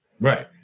Right